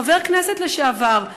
חבר כנסת לשעבר,